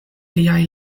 liaj